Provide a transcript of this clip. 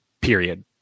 period